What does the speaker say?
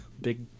Big